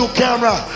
camera